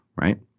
right